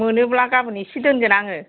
मोनोब्ला गाबोन एसे दोनगोन आङो